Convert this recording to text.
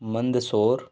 Mandsaur